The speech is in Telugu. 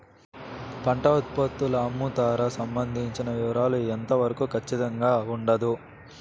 పంట ఉత్పత్తుల అమ్ముతారు సంబంధించిన వివరాలు ఎంత వరకు ఖచ్చితంగా ఉండదు?